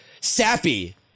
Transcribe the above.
sappy